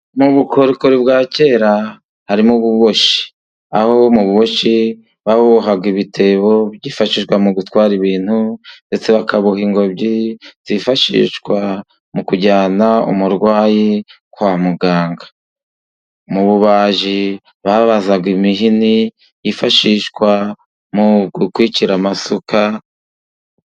Mu bukorikori bwa kera harimo ububoshyi. Aho mu bushyi babohaga ibitebo byifashishwa mu gutwara ibintu, ndetse bakaboha ingobyi zifashishwa mu kujyana umurwayi kwa muganga. Mu bubaji babazaga imihini yifashishwa mu gukwikira amasuka.